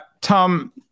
Tom